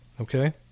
okay